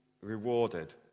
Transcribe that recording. rewarded